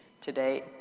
Today